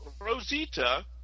Rosita